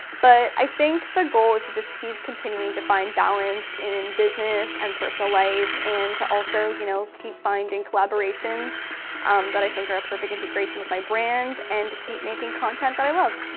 but i think the goal is to just keep continuing to find balance in business and personal life and to also you know keep finding collaborations um that i think are a perfect integration of my brand and to keep making content that i love.